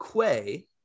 Quay